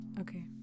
okay